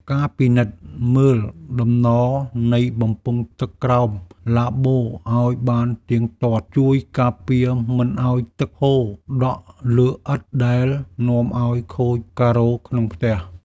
ការពិនិត្យមើលដំណនៃបំពង់ទឹកក្រោមឡាបូឱ្យបានទៀងទាត់ ជួយការពារមិនឱ្យទឹកហូរដក់លើឥដ្ឋដែលនាំឱ្យខូចការ៉ូក្នុងផ្ទះ។